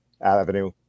Avenue